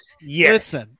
yes